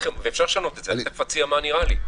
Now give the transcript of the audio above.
ואפשר לשנות את זה, אני תכף אציע מה נראה לי.